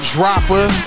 Dropper